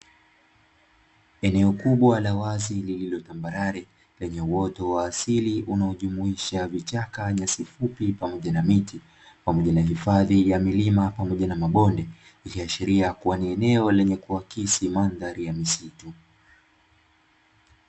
Eneo kubwa la wazi lililotambarare lenye uoto wa asili unaojumuisha vichaka, nyasi fupi, pamoja na miti, pamoja na hifadhi ya milima, pamoja na mabonde ikiashiria kuwa ni eneo lenye kuakisi mandhari ya misitu.